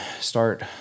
start